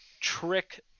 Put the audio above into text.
trick